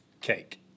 Cake